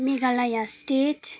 Meghalaya state